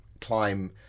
climb